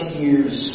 years